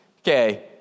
Okay